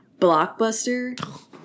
Blockbuster